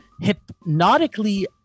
hypnotically